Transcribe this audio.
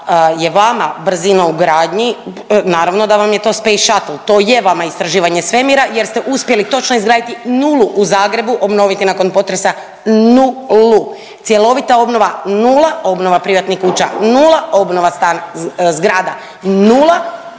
je vama brzina u gradnji naravno da vam je to space shuttle, to je vama istraživanje svemira jer ste uspjeli točno izgraditi nulu u Zagrebu, obnoviti nakon potresa, nu-lu. Cjelovita obnova nula, obnova privatnih kuća nula, obnova